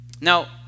now